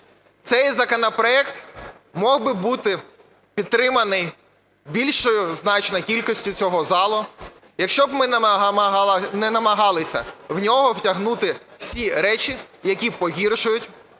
Цей законопроект міг би бути підтриманий більшою значно кількістю цього залу, якщо б ми не намагалися в нього втягнути всі речі, які погіршують